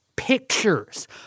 Pictures